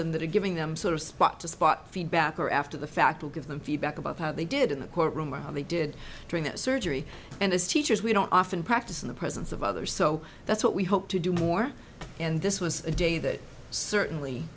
them that are giving them sort of spot to spot feedback or after the fact to give them feedback about how they did in the court room or how they did during the surgery and as teachers we don't often practice in the presence of others so that's what we hope to do more and this was a day that certainly